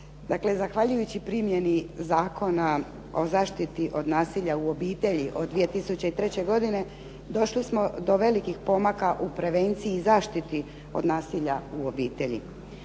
Dakle, zahvaljujući primjeni Zakona o zaštiti od nasilja u obitelji od 2003. godine došli smo do velikih pomaka u prevenciji i zaštiti od nasilja u obitelji.